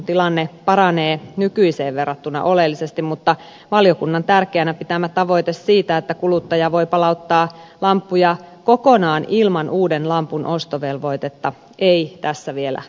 tilanne paranee nykyiseen verrattuna oleellisesti mutta valiokunnan tärkeänä pitämä tavoite siitä että kuluttaja voi palauttaa lamppuja kokonaan ilman uuden lampun ostovelvoitetta ei tässä vielä toteutunut